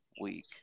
week